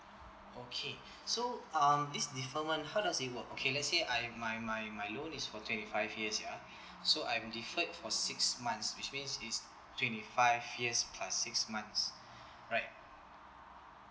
okay so um this deferment how does it work okay let's say I my my my loan is for twenty five years ya so I'm deferred for six months which means is twenty five years plus six months right